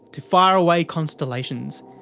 to far away constellations.